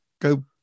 go